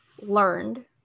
learned